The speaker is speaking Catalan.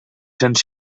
cents